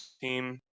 team